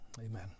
Amen